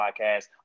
podcast